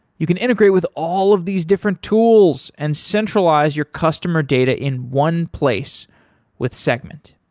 you can integrate with all of these different tools and centralize your customer data in one place with segment.